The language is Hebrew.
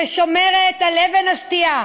ששומרת על אבן השתייה,